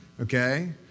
Okay